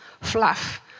fluff